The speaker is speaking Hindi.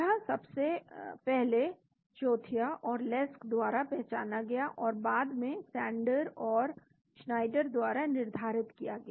यह सबसे पहले चोथिया और Lesk द्वारा पहचाना गया और बाद में सैंडर और श्नाइडर द्वारा निर्धारित किया गया